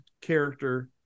character